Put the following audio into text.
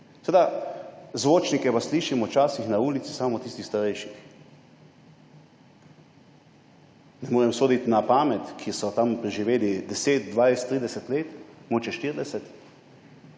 po zvočnikih pa slišimo včasih na ulici samo o tistih starejših, ne morem soditi na pamet, ki so tam preživeli 10, 20, 30 let, mogoče 40,